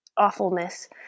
awfulness